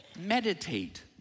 meditate